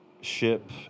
ship